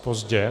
Pozdě.